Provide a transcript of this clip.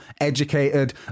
educated